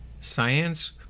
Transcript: Science